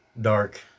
dark